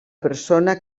persona